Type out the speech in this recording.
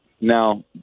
now